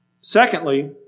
Secondly